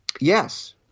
Yes